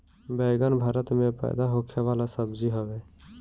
बैगन भारत में पैदा होखे वाला सब्जी हवे